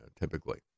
typically